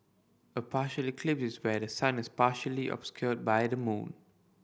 a partial eclipse is where the sun is partially obscured by the moon